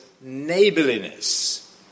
neighborliness